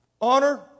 honor